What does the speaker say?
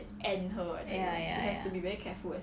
ya ya ya